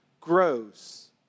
grows